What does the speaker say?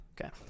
okay